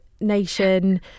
nation